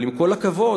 אבל עם כל הכבוד,